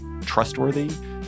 trustworthy